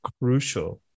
crucial